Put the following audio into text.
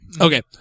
Okay